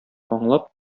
аңлап